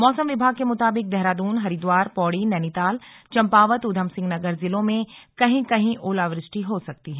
मौसम विभाग के मुताबिक देहरादून हरिद्वार पौड़ी नैनीताल चंपावत उधमसिंह नगर जिलों में कहीं कहीं ओलावृष्टि हो सकती है